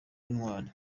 w’intwari